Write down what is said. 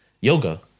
Yoga